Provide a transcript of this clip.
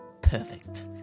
Perfect